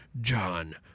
John